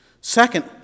Second